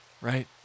right